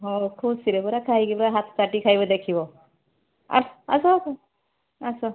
ହଁ ଖୁସିରେ ପରା ଖାଇକିନା ହାତ ଚାଟିକି ଖାଇବେ ଦେଖିବ ଆ ଆସ ଆସ ଆସ